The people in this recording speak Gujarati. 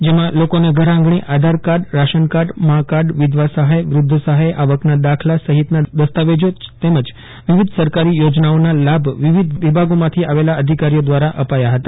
જેમાં લોકોને ઘરઆંગણે Aadhaar card ration card Maa card વિધવા સહાય વૃદ્ધ સહાય આવકના દાખલા સહિતના દસ્તાવેજો તેમજ વિવિધ સરકારી યોજનાઓઓના લાભ વિવિધ વિભાગોમાંથી આવેલા અધિકારીઓ દ્વારા અપાયા હતા